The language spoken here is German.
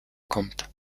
kommt